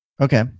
Okay